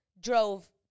drove